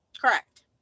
Correct